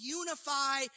unify